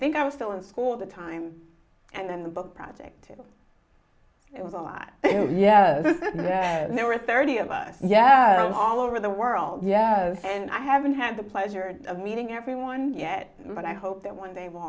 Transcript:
think i was still in school all the time and then the book project it was a lot yeah there were thirty of us yes all over the world yeah and i haven't had the pleasure of meeting everyone yet but i hope that one day